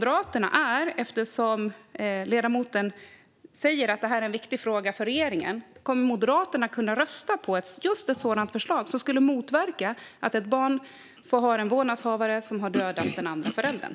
Eftersom ledamoten säger att detta är en viktig fråga för regeringen vill jag fråga: Kommer Moderaterna att kunna rösta på ett sådant förslag för att motverka att barn får ha en vårdnadshavare som har dödat den andra föräldern?